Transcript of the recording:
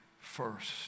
first